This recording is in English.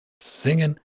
Singing